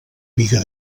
biga